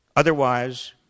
Otherwise